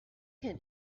can